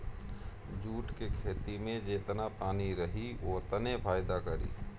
jute के खेती में जेतना पानी रही ओतने फायदा करी